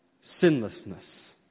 Sinlessness